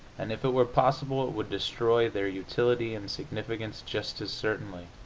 and, if it were possible, it would destroy their utility and significance just as certainly.